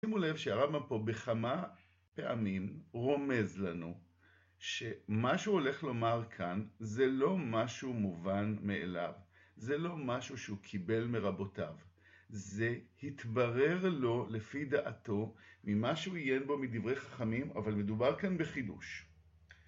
שימו לב שהרמב״ם פה בכמה פעמים רומז לנו שמה שהוא הולך לומר כאן זה לא משהו מובן מאליו, זה לא משהו שהוא קיבל מרבותיו, זה התברר לו לפי דעתו ממה שהוא עיין בו מדברי חכמים אבל מדובר כאן בחידוש.